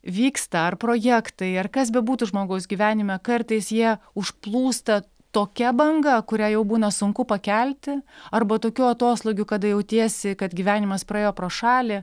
vyksta ar projektai ar kas bebūtų žmogaus gyvenime kartais jie užplūsta tokia banga kurią jau būna sunku pakelti arba tokiu atoslūgiu kada jautiesi kad gyvenimas praėjo pro šalį